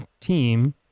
team